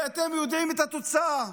ואתם יודעים את התוצאה.